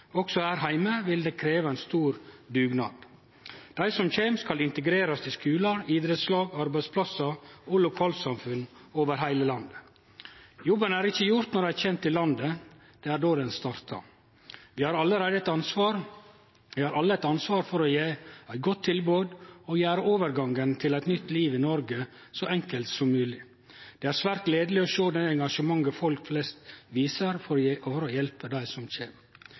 Også her heime vil det krevje ein stor dugnad. Dei som kjem, skal integrerast i skular, idrettslag, arbeidsplassar og lokalsamfunn over heile landet. Jobben er ikkje gjord når dei kjem til landet; det er då han startar. Vi har alle eit ansvar for å gje eit godt tilbod og gjere overgangen til eit nytt liv i Noreg så enkel som mogleg. Det er svært gledeleg å sjå det engasjementet folk viser for å hjelpe dei som